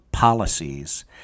policies